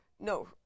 No